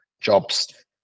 jobs